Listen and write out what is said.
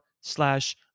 slash